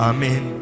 Amen